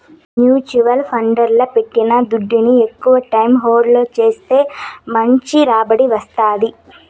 mutual ఫండ్లల్ల పెట్టిన దుడ్డుని ఎక్కవ టైం హోల్డ్ చేస్తే మంచి రాబడి వస్తాది